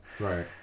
Right